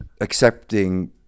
accepting